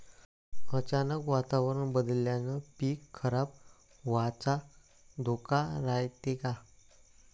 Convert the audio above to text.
अचानक वातावरण बदलल्यानं पीक खराब व्हाचा धोका रायते का?